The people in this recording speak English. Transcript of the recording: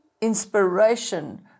inspiration